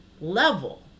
level